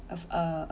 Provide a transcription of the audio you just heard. of a